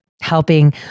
helping